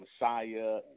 messiah